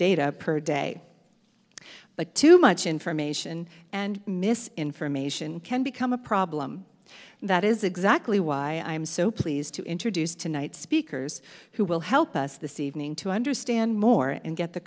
data per day but too much information and mis information can become a problem that is exactly why i'm so pleased to introduce tonight's speakers who will help us this evening to understand more and get the